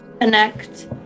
Connect